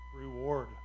reward